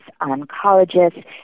oncologists